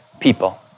people